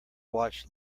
watch